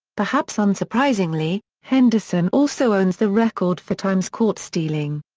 perhaps unsurprisingly, henderson also owns the record for times caught stealing.